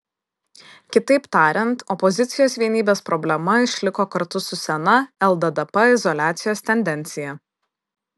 kitaip tariant opozicijos vienybės problema išliko kartu su sena lddp izoliacijos tendencija